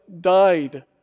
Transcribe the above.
died